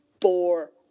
four